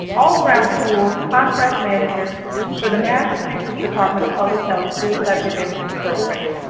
all-around cool contract managers for the massachusetts department of public health suicide prevention program.